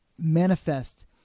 manifest